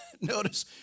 notice